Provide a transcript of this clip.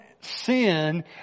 sin